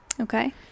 Okay